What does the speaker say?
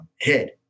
head